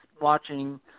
watching